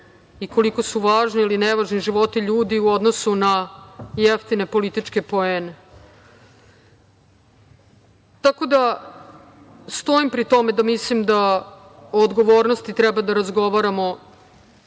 i koliko su važni ili ne važni životi ljudi u odnosu na jeftine političke poene. Tako da, stojim pri tome da mislim da o odgovornosti treba da razgovaramo